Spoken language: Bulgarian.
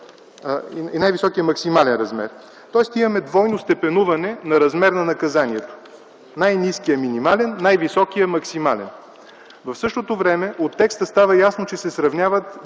и най-високия максимален размер”. Тоест имаме двойно степенуване на размер на наказанието: най-ниският – минимален, най-високият – максимален. В същото време от текста става ясно, че се сравняват